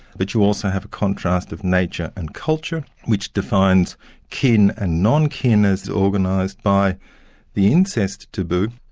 but you also have a contrast of nature and culture which defines kin and non-kin as organised by the incest taboo,